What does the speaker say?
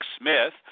Smith